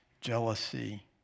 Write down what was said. jealousy